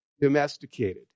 domesticated